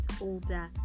older